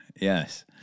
Yes